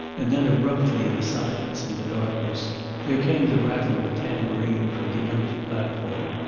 and then abruptly in the silence and the darkness there came the rattle of a tambourine from the empty platform.